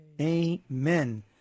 Amen